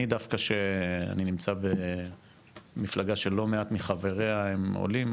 אני דווקא שאני נמצא במפלגה שלא מעט מחבריה הם עולים,